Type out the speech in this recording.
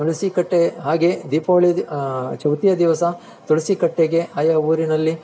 ತುಳಸಿ ಕಟ್ಟೆ ಹಾಗೇ ದೀಪಾವಳಿ ಚೌತಿಯ ದಿವಸ ತುಳಸಿಕಟ್ಟೆಗೆ ಆಯಾ ಊರಿನಲ್ಲಿ